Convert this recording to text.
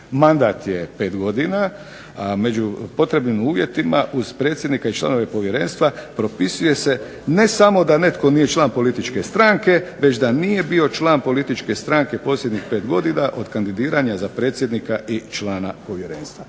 Mandat je pet godina, a među potrebnim uvjetima uz predsjednika i članove povjerenstva propisuje se ne samo da netko nije član političke stranke već da nije bio član političke stranke posljednjih pet godina od kandidiranja za predsjednika i člana povjerenstva.